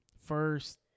first